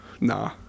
Nah